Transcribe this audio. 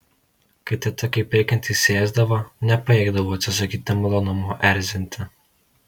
kai teta kaip reikiant įsiėsdavo nepajėgdavau atsisakyti malonumo erzinti